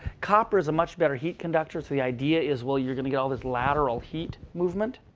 copper is a much better heat conductor. so the idea is, well, you're going to get all this lateral heat movement.